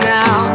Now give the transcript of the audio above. now